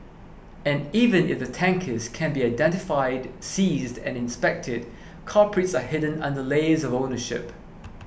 and even if the tankers can be identified seized and inspected culprits are hidden under layers of ownership